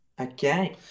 Okay